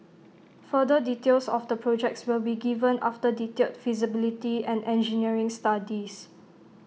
further details of the projects will be given after detailed feasibility and engineering studies